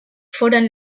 foren